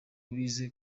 bize